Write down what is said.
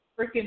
freaking